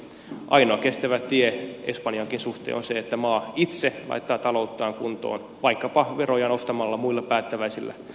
ainoa kestävä tie espanjankin suhteen on se että maa itse laittaa talouttaan kuntoon vaikkapa veroja nostamalla muilla päättäväisillä toimilla